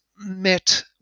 met